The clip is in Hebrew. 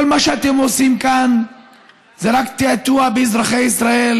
כל מה שאתם עושים כאן זה רק תעתוע באזרחי ישראל.